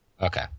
Okay